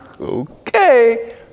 okay